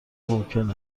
ممکن